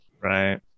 right